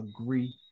Agree